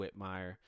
Whitmire